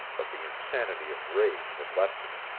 but the insanity of rage had left him.